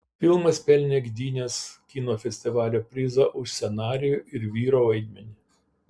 filmas pelnė gdynės kino festivalio prizą už scenarijų ir vyro vaidmenį